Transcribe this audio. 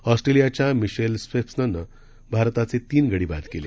ऑस्ट्रेलियाच्या मिशेल स्वेप्सननं भारताचे तीन गडी बाद केले